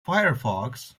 firefox